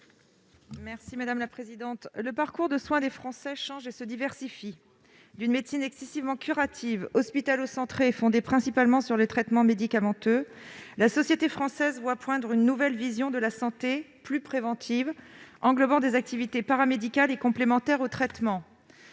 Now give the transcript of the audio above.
Mme Céline Boulay-Espéronnier. Le parcours de soins des Français change et se diversifie. Habituée à une médecine excessivement curative, hospitalo-centrée et fondée principalement sur le traitement médicamenteux, la société française voit poindre une nouvelle vision de la santé, plus préventive, englobant des activités paramédicales et complémentaires aux traitements-